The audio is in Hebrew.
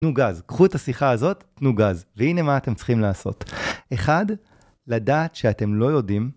תנו גז, קחו את השיחה הזאת, תנו גז, והנה מה אתם צריכים לעשות. אחד, לדעת שאתם לא יודעים.